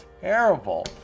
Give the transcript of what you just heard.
terrible